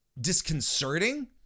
disconcerting